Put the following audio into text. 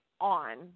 on